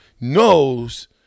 knows